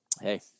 Hey